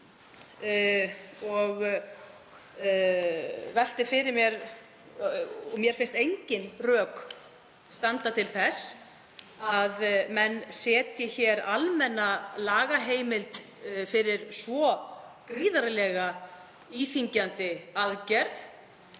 þau varnaðarorð. Mér finnst engin rök standa til þess að menn setji hér almenna lagaheimild fyrir svo gríðarlega íþyngjandi aðgerð